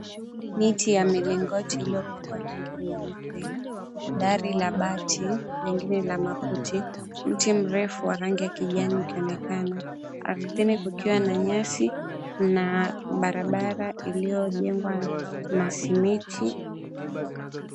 Miti ya milingoti iliyopakwa rangi nyeupe, dari la bati lengine la makuti, mti mrefu wa rangi ya kijani ikionekana, ardhini kukiwa na nyasi na barabara iliyojengwa na simiti.